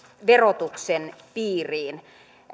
verotuksen piiriin